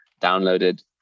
downloaded